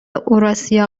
اوراسیا